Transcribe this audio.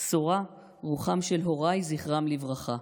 שורה רוחם של הוריי זכרם לברכה,